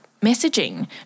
messaging